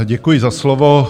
Děkuji za slovo.